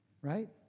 right